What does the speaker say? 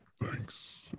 Thanks